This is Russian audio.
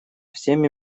всем